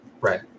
right